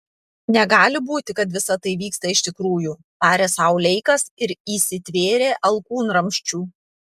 negali būti kad visa tai vyksta iš tikrųjų tarė sau leikas ir įsitvėrė alkūnramsčių